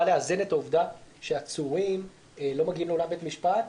לאזן את העובדה שעצורים לא מגיעים לאולם בית-המשפט,